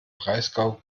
breisgau